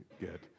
get